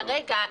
כרגע,